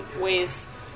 ways